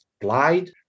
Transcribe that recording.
applied